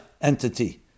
entity